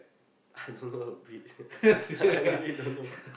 I don't know the breed I really don't know